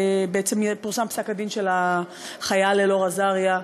בעצם פורסם פסק-הדין של החייל אלאור אזריה.